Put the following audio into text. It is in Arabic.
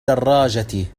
دراجتي